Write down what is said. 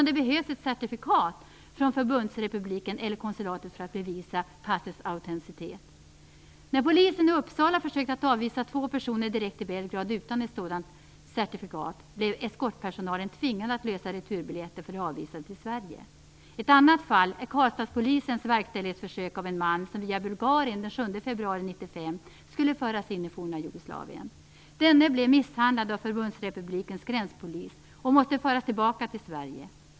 Det behövs ett certifikat från Förbundsrepubliken eller konsulatet för att bevisa passets autenticitet. När polisen i Uppsala försökte avvisa två personer direkt till Belgrad utan ett sådant certifikat blev eskortpersonalen tvingade att lösa returbiljetter till Sverige för de avvisade. Ett annat fall är Karlstadspolisens verställighetsförsök av en man som den 7 februari 1995 skulle föras in i det forna Jugoslavien via Bulgarien. Denne man blev misshandlad av Förbundsrepublikens gränspolis, och måste föras tillbaka till Sverige.